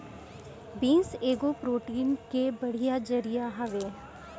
beans एगो protein के बढ़िया जरिया हवे